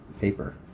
Paper